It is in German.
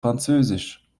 französisch